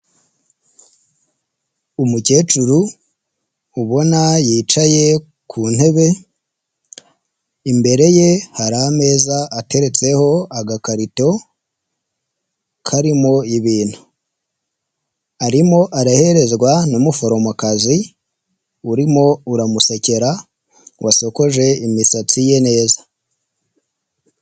Umukecuru ubona yicaye ku ntebe imbere ye hari ameza ateretseho agakarito karimo ibintu, arimo areherezwa n'umuforomokazi urimo uramusekera wasokoje imisatsi ye neza.